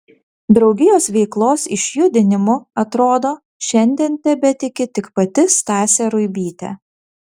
draugijos veiklos išjudinimu atrodo šiandien tebetiki tik pati stasė ruibytė